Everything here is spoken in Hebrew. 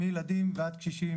מילדים ועד קשישים.